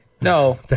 No